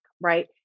right